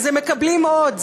אז הם מקבלים עוד.